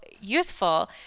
useful